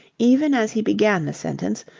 even as he began the sentence,